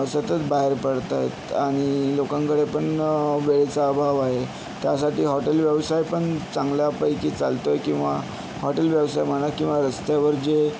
सतत बाहेर पडत आहेत आणि लोकांकडे पण वेळेचा अभाव आहे त्यासाठी हॉटेल व्यवसाय पण चांगल्यापैकी चालतो आहे किंवा हॉटेल व्यवसाय म्हणा किंवा रस्त्यावर जे